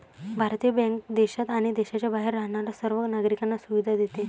भारतीय बँक देशात आणि देशाच्या बाहेर राहणाऱ्या सर्व नागरिकांना सुविधा देते